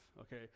okay